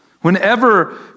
Whenever